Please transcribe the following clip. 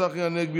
צחי הנגבי,